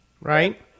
Right